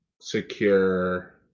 secure